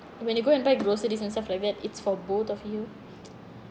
when you go and buy groceries and stuff like that it's for both of you